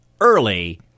early